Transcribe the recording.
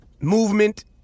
movement